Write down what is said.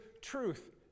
truth